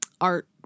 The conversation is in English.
art